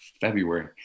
February